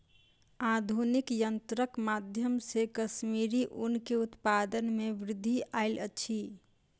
आधुनिक यंत्रक माध्यम से कश्मीरी ऊन के उत्पादन में वृद्धि आयल अछि